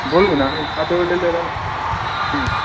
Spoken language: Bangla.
বলুন আমি সাথি হোটেল হুম